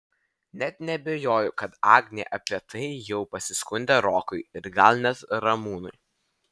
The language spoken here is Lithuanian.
net neabejoju kad agnė apie tai jau pasiskundė rokui ir gal net ramūnui